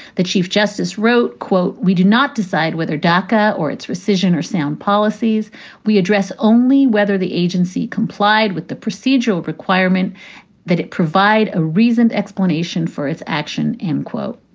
the chief justice wrote, quote, we do not decide whether dacca or its recision or sound policies we address only whether the agency complied with the procedural requirement that it provide a reasoned explanation for its action, end quote.